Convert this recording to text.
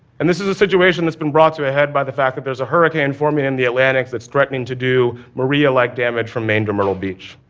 and this is a situation that's been brought to a head by the fact that there's a hurricane forming in the atlantic that's threatening to do maria-like damage from maine to myrtle beach.